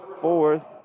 fourth